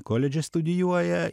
koledže studijuoja